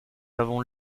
l’avons